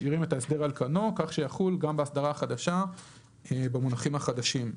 משאירים את ההסדר על קנו כך שיחול גם באסדרה החדשה במונחים החדשים.